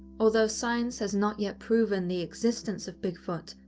although science has not yet proven the existence of bigfoot,